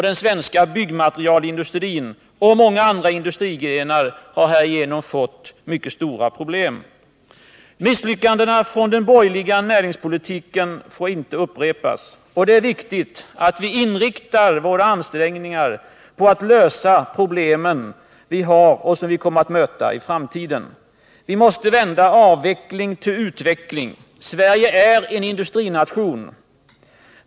Den svenska byggmaterialindustrin och många andra industrigrenar har härigenom fått stora problem. Misslyckandena från den borgerliga näringspolitiken får inte upprepas. Och det är viktigt att vi inriktar våra ansträngningar på att lösa de problem som vi har och som vi kommer att möta i framtiden. Vi måste vända avveckling till utveckling. Sverige är en industrination.